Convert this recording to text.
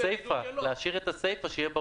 בהנחה שהם יישארו כפי שהם ולא